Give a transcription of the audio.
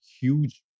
huge